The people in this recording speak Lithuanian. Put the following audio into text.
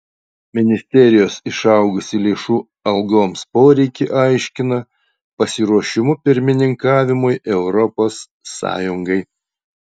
ministerijos išaugusį lėšų algoms poreikį aiškina pasiruošimu pirmininkavimui europos sąjungai